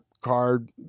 card